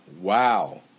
Wow